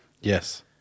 Yes